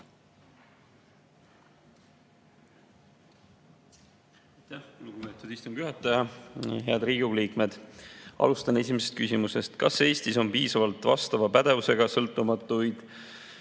lugupeetud istungi juhataja! Head Riigikogu liikmed! Alustan esimesest küsimusest. "Kas Eestis on piisavalt vastava pädevusega sõltumatuid